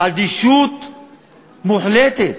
אדישות מוחלטת.